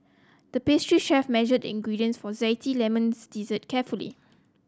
the pastry chef measured ingredients for zesty lemons dessert carefully